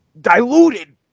diluted